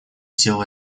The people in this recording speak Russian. сел